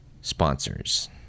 sponsors